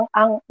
ang